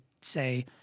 say